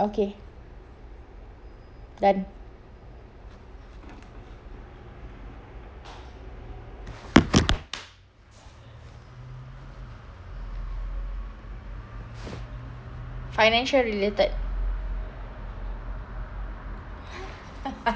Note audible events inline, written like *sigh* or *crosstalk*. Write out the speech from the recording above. okay done financial related *laughs*